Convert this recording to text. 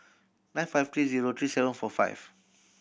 nine five three zero three seven four five